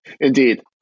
Indeed